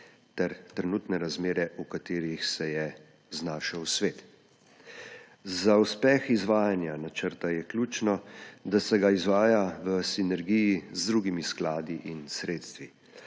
ter trenutne razmere, v katerih se je znašel svet. Za uspeh izvajanja načrta je ključno, da se ga izvaja v sinergiji z drugimi skladi in sredstvi.